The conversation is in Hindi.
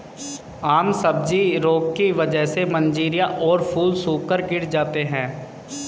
आम सब्जी रोग की वजह से मंजरियां और फूल सूखकर गिर जाते हैं